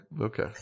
Okay